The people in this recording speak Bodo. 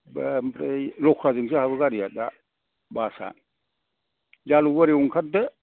बे ओमफ्राय लख्राजोंसो हाबो गारियानो दा बासआ जालुकबारियाव ओंखारदो